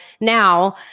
now